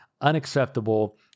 unacceptable